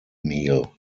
meal